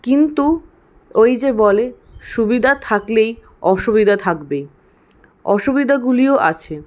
কিন্তু ওই যে বলে সুবিধা থাকলেই অসুবিধা থাকবে অসুবিধাগুলিও আছে